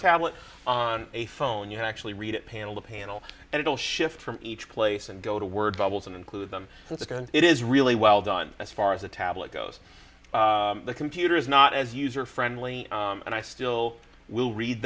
tablet on a phone you actually read it panel the panel and it will shift from each place and go to word bubbles and include them and second it is really well done as far as the tablet goes the computer is not as user friendly and i still will read